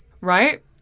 Right